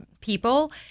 people